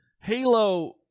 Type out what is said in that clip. Halo